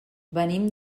venim